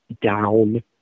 down